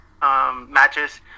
matches